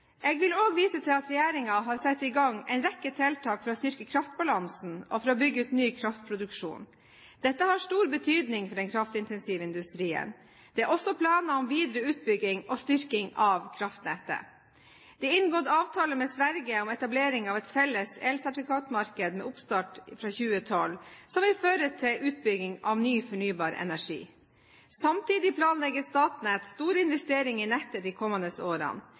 Jeg vil også vise til at regjeringen har satt i gang en rekke tiltak for å styrke kraftbalansen og for å bygge ut ny kraftproduksjon. Dette har stor betydning for den kraftintensive industrien. Det er også planer om videre utbygging og styrking av kraftnettet. Det er inngått avtale med Sverige om etablering av et felles elsertifikatmarked med oppstart fra 2012, som vil føre til utbygging av ny fornybar energi. Samtidig planlegger Statnett store investeringer i nettet de kommende årene.